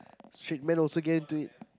straight men also get into it